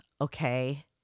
Okay